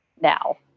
now